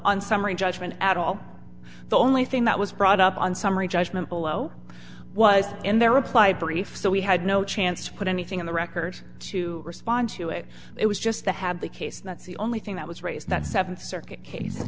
on summary judgment at all the only thing that was brought up on summary judgment below was in their reply brief so we had no chance to put anything on the record to respond to it it was just the had the case and that's the only thing that was raised that seventh circuit case